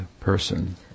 person